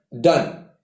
Done